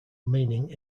meaning